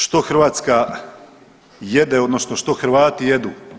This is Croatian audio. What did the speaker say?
Što Hrvatska jede, odnosno što Hrvati jedu?